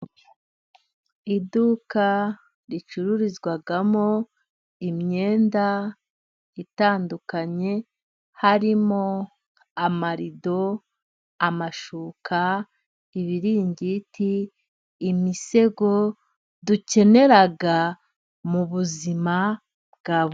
Iduka ricururizwamo imyenda itandukanye harimo amarido, amashuka, ibiringiti, imisego dukenera mu buzima bwa...